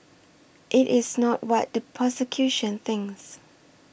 it is not what the prosecution thinks